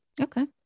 Okay